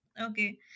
Okay